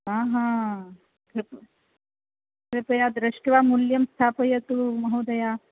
आ हा कृप् कृपया दृष्ट्वा मूल्यं स्थापयतु महोदय